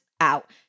out